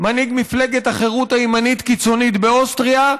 מנהיג מפלגת החירות הימנית-קיצונית באוסטריה,